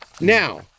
Now